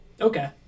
Okay